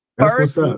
First